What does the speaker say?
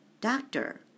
doctor